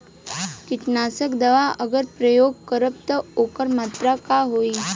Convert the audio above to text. कीटनाशक दवा अगर प्रयोग करब त ओकर मात्रा का होई?